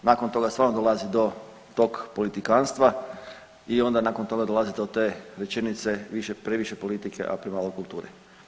Nakon toga stvarno dolazi do tog politikantstva i onda nakon toga dolazi do te rečenice više, previše politike, a premalo kulture.